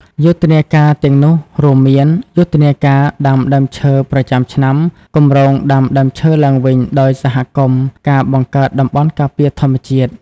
យុទ្ធនាកាទាំងនោះរួមមាន យុទ្ធនាការដាំដើមឈើប្រចាំឆ្នាំ គម្រោងដាំដើមឈើឡើងវិញដោយសហគមន៍ ការបង្កើតតំបន់ការពារធម្មជាតិ។